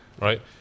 Right